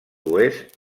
oest